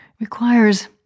requires